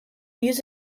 use